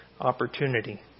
opportunity